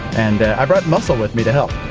and i brought muscle with me to help.